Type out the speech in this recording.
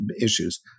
issues